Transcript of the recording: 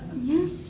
Yes